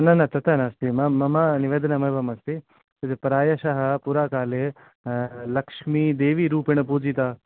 न न तथा नास्ति मम निवेदनमेवमस्ति यदि प्रायशः पुरा काले लक्ष्मीदेवीरूपेण पूजिता